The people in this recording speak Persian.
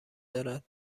دارد